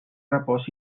repòs